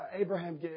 Abraham